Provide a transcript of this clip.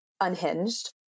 unhinged